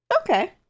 Okay